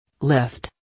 Lift